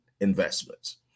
investments